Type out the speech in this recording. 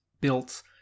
built